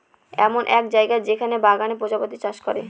এমন এক জায়গা যেখানে বাগানে প্রজাপতি চাষ করে